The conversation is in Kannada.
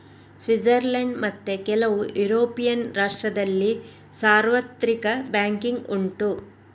ಸ್ವಿಟ್ಜರ್ಲೆಂಡ್ ಮತ್ತೆ ಕೆಲವು ಯುರೋಪಿಯನ್ ರಾಷ್ಟ್ರದಲ್ಲಿ ಸಾರ್ವತ್ರಿಕ ಬ್ಯಾಂಕಿಂಗ್ ಉಂಟು